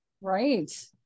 Right